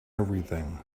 everything